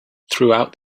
throughout